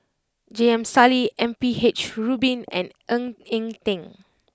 J M Sali M P H Rubin and Ng Eng Teng